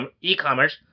e-commerce